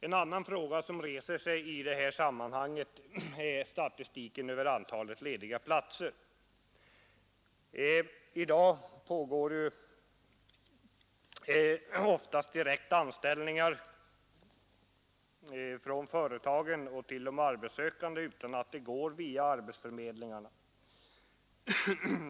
En annan fråga som reser sig i det sammanhanget gäller statistiken över antalet lediga platser. I dag förekommer ju oftast att företagen anställer folk utan att anlita arbetsförmedlingarna.